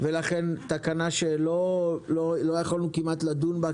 ולכן תקנה שלא יכולנו כמעט לדון בה,